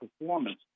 performance